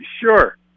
Sure